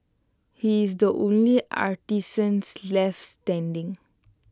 he is the only artisans left standing